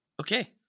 Okay